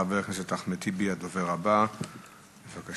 חבר הכנסת אחמד טיבי, הדובר הבא, בבקשה.